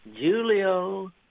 Julio